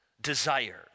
desire